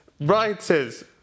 writers